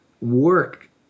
work